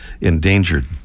endangered